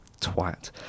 twat